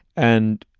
and.